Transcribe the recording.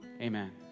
amen